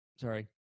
sorry